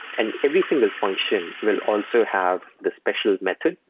and every single function will also have the special method,